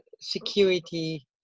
security